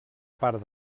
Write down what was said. part